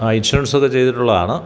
ആ ഇൻഷൂറൻസൊക്ക ചെയ്തിട്ടുള്ളാണ്